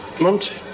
Monty